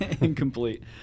incomplete